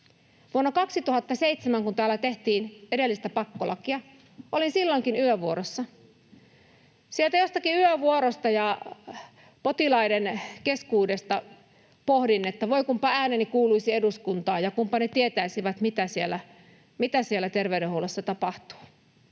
Vuonna 2007, kun täällä tehtiin edellistä pakkolakia, olin silloinkin yövuorossa. Sieltä jostakin yövuorosta ja potilaiden keskuudesta pohdin, että voi, kunpa ääneni kuuluisi eduskuntaan ja kunpa ne tietäisivät, mitä siellä terveydenhuollossa tapahtuu.